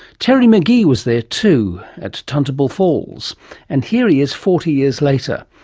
terry mcgee was there too, at tuntable falls and here he is forty years later.